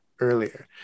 earlier